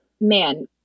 man